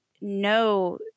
no